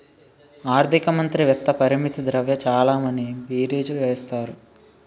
ఆర్థిక మంత్రి విత్త పరపతి ద్రవ్య చలామణి బీరీజు వేస్తారు